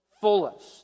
fullest